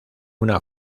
una